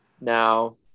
now